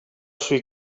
sui